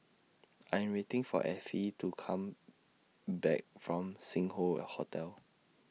I Am waiting For Ethie to Come Back from Sing Hoe Hotel